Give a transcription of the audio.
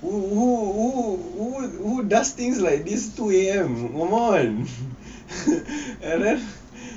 who who who who who does things like these two A_M come on and then